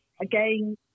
again